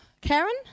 Karen